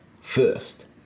first